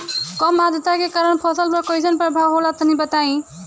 कम आद्रता के कारण फसल पर कैसन प्रभाव होला तनी बताई?